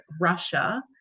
Russia